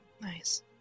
Nice